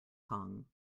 kong